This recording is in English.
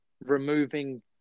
removing